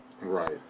right